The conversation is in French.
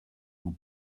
vous